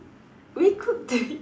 we cook the